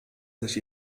sich